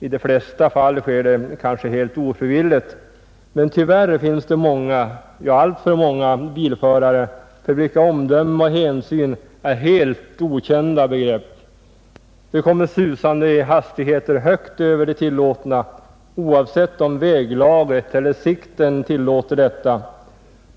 I de flesta fall sker det kanske helt ofrivilligt, men tyvärr finns det många, ja alltför många bilförare, för vilka omdöme och hänsyn är helt okända begrepp. De kommer susande i hastigheter högt över de tillåtna, oavsett om väglaget eller sikten medger detta.